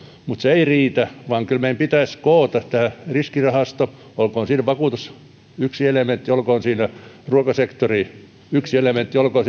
mutta se ei riitä vaan kyllä meidän pitäisi koota riskirahasto olkoon siinä vakuutus yksi elementti olkoon siinä ruokasektori yksi elementti olkoon